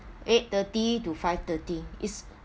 eight thirty to five thirty is